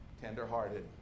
tender-hearted